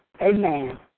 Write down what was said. Amen